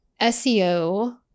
SEO